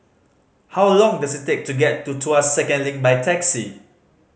how long does it take to get to Tuas Second Link by taxi